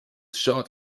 shot